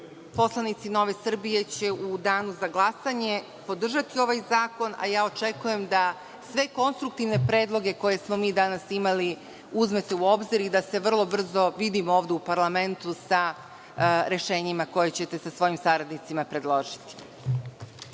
poslanici Nove Srbije će u Danu za glasanje podržati ovaj zakon, a očekujem da sve konstruktivne predloge koje smo mi danas imali uzmete u obzir i da se vrlo brzo vidimo ovde u parlamentu sa rešenjima koja ćete sa svojim saradnicima predložiti.